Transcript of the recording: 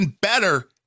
better